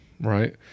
right